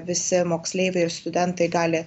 visi moksleiviai ir studentai gali